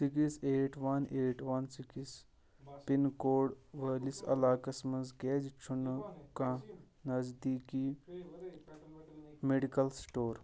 six eight one eight one six pin code وٲلِس علاقس منٛز کیازِ چھُنہٕ کانٛہہ نزدیٖکی میڈیکل سٹور